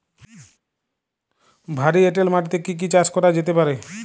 ভারী এঁটেল মাটিতে কি কি চাষ করা যেতে পারে?